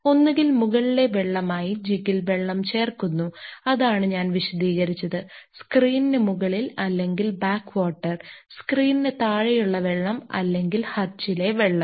ഒന്നുകിൽ മുകളിലെ വെള്ളമായി ജിഗ്ഗിൽ വെള്ളം ചേർക്കുന്നു അതാണ് ഞാൻ വിശദീകരിച്ചത് സ്ക്രീനിന് മുകളിൽ അല്ലെങ്കിൽ ബാക്ക് വാട്ടർ സ്ക്രീനിന് താഴെയുള്ള വെള്ളം അല്ലെങ്കിൽ ഹച്ചിലെ വെള്ളം